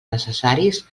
necessaris